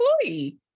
employee